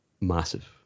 Massive